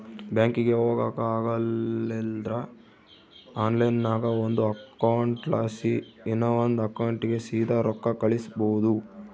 ಬ್ಯಾಂಕಿಗೆ ಹೊಗಾಕ ಆಗಲಿಲ್ದ್ರ ಆನ್ಲೈನ್ನಾಗ ಒಂದು ಅಕೌಂಟ್ಲಾಸಿ ಇನವಂದ್ ಅಕೌಂಟಿಗೆ ಸೀದಾ ರೊಕ್ಕ ಕಳಿಸ್ಬೋದು